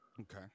Okay